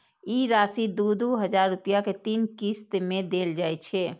ई राशि दू दू हजार रुपया के तीन किस्त मे देल जाइ छै